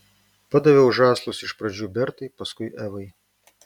padaviau žąslus iš pradžių bertai paskui evai